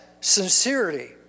sincerity